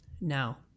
Now